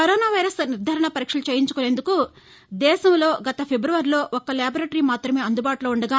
corona virus నిర్గారణ పరీక్షలు చేయించుకొనేందుకు దేశంలో గత ఫిబవరిలో ఒక్క లేబరేటరీ మాత్రమే అందుబాటులో ఉండగా